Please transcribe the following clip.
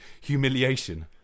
humiliation